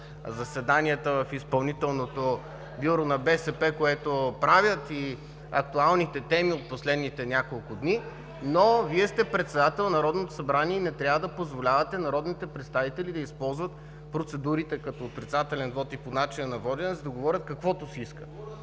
заседанията в Изпълнителното бюро на БСП, което правят и актуалните теми от последните няколко дни, но Вие сте председател на Народното събрание и не трябва да позволявате на народните представители да използват процедурите като „отрицателен вот“ и по „начина на водене“, за да говорят каквото си искат.